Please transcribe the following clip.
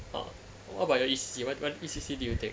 what about your E_C_C what what E_C_C did you take